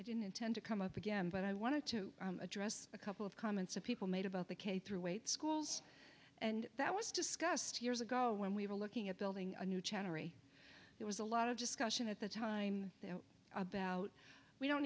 i didn't intend to come up again but i wanted to address a couple of comments of people made about the k through eight schools and that was discussed years ago when we were looking at building a new chattery there was a lot of discussion at the time about we don't